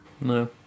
No